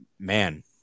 man